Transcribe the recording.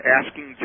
asking